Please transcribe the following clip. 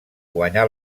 guanyà